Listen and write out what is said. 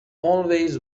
always